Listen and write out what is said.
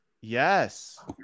Yes